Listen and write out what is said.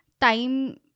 time